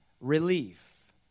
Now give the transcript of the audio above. relief